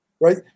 right